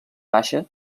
baixa